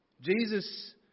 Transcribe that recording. Jesus